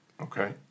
Okay